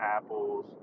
Apples